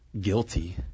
guilty